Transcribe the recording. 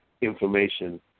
information